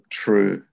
true